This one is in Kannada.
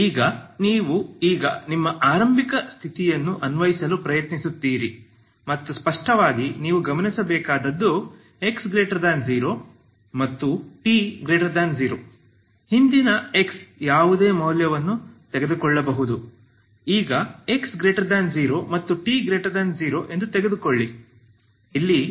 ಈಗ ನೀವು ಈಗ ನಿಮ್ಮ ಆರಂಭಿಕ ಸ್ಥಿತಿಯನ್ನು ಅನ್ವಯಿಸಲು ಪ್ರಯತ್ನಿಸುತ್ತೀರಿ ಮತ್ತು ಸ್ಪಷ್ಟವಾಗಿ ನೀವು ಗಮನಿಸಬೇಕಾದದ್ದು x0 ಮತ್ತು t0 ಹಿಂದಿನ x ಯಾವುದೇ ಮೌಲ್ಯವನ್ನು ತೆಗೆದುಕೊಳ್ಳಬಹುದು ಈಗ x0 ಮತ್ತು t0 ಎಂದು ತೆಗೆದುಕೊಳ್ಳಿ